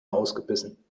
ausgebissen